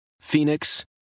Phoenix